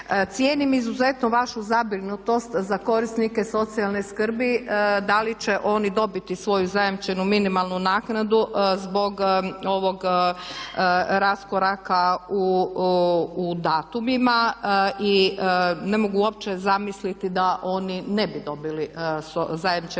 Cijenim izuzetno vašu zabrinutost za korisnike socijalne skrbi da li će oni dobiti svoju zajamčenu minimalnu naknadu zbog ovog raskoraka u datumima i ne mogu uopće zamisliti da oni ne bi dobili zajamčenu